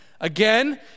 again